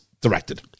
directed